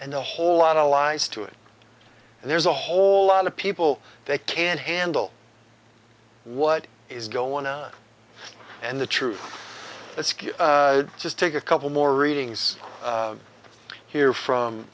and a whole lot of lies to it and there's a whole lot of people they can't handle what is going on and the truth let's just take a couple more readings here from